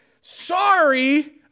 sorry